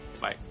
bye